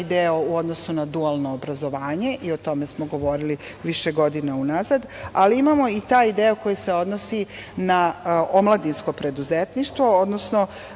deo u odnosu na dualno obrazovanje i o tome smo govorili više godina unazad, ali imamo i taj deo koji se odnosi na omladinsko preduzetništvo, odnosno